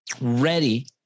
ready